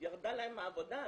ירדה להם העבודה,